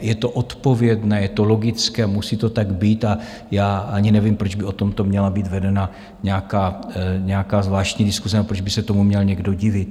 Je to odpovědné, je to logické, musí to tak být a já ani nevím, proč by o tomto měla být vedena nějaká zvláštní diskuse nebo proč by se tomu měl někdo divit.